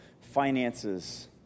Finances